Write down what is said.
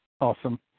Awesome